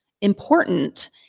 important